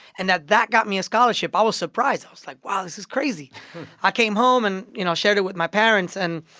and that that got me a scholarship. i was surprised. i was like, wow, this is crazy i came home and, you know, shared it with my parents. and,